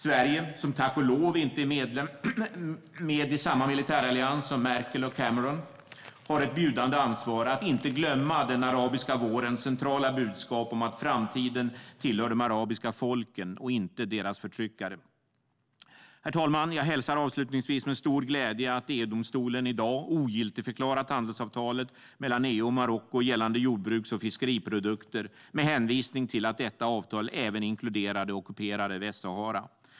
Sverige, som tack och lov inte är med i samma militärallians som Merkel och Cameron, har ett bjudande ansvar att inte glömma den arabiska vårens centrala budskap om att framtiden tillhör de arabiska folken och inte deras förtryckare. Herr talman! Jag hälsar, avslutningsvis, med stor glädje att EU-domstolen i dag ogiltigförklarat handelsavtalet mellan EU och Marocko gällande jordbruks och fiskeriprodukter med hänvisning till att avtalet även inkluderar det ockuperade Västsahara.